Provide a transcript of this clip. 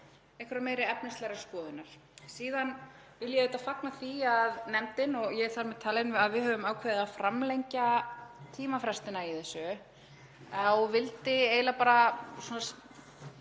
einhverrar meiri efnislegrar skoðunar. Síðan vil ég fagna því að nefndin, og ég þar með talin, að við höfum ákveðið að framlengja tímafrestinn í þessu og ég vildi eiginlega bara árétta